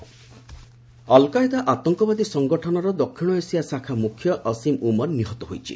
Al Qaeda killed al Qaeda ଆତଙ୍କବାଦୀ ସଂଗଠନର ଦକ୍ଷିଣ ଏସିଆ ଶାଖା ମୁଖ୍ୟ ଅସିମ୍ ଉମର ନିହତ ହୋଇଛି